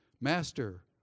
Master